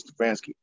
Stefanski